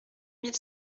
mille